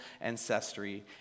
ancestry